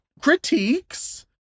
critiques